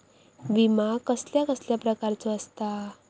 विमा कसल्या कसल्या प्रकारचो असता?